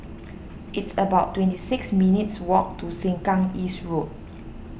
it's about twenty six minutes' walk to Sengkang East Road